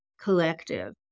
collective